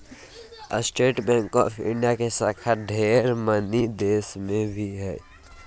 state Bank of India के शाखा ढेर मनी देश मे भी हय